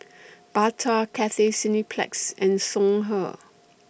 Bata Cathay Cineplex and Songhe